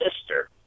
sister